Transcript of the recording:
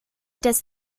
des